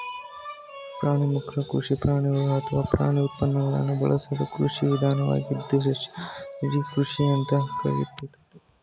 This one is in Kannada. ಪ್ರಾಣಿಮುಕ್ತ ಕೃಷಿ ಪ್ರಾಣಿಗಳು ಅಥವಾ ಪ್ರಾಣಿ ಉತ್ಪನ್ನಗಳನ್ನು ಬಳಸದ ಕೃಷಿ ವಿಧಾನವಾಗಿದ್ದು ಸಸ್ಯಾಹಾರಿ ಕೃಷಿ ಅಂತ ಕರೀತಾರೆ